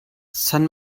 san